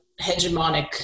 hegemonic